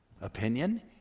opinion